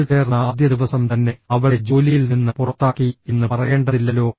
അവൾ ചേർന്ന ആദ്യ ദിവസം തന്നെ അവളെ ജോലിയിൽ നിന്ന് പുറത്താക്കി എന്ന് പറയേണ്ടതില്ലല്ലോ